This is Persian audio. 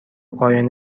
پایان